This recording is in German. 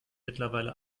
mittlerweile